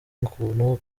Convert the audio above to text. ukuntu